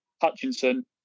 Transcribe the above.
Hutchinson